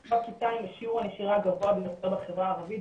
זו הכיתה עם שיעור הנשירה הגבוה ביותר בחברה הערבית.